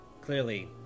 clearly